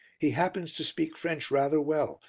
he happens to speak french rather well,